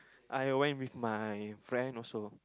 I went with my friend also